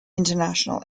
international